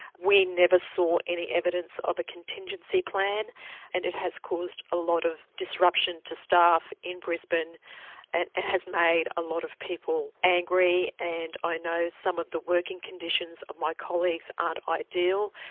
we never saw any evidence of a contingency plan and it has caused a lot of disruption to staff in brisbane and has made a lot of people angry and i know some of the working conditions of my colleagues aren't ideal.